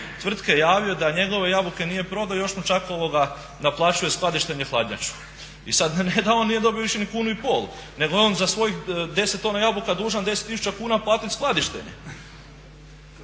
tvrtke javio da njegove jabuke nije prodao i još mu čak naplaćuje skladištenje hladnjaču. I sad ne da on nije dobio više ni 1,5 kunu nego je on za svojih 10 tona jabuka dužan 10 tisuća kuna platiti skladištenje.